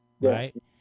Right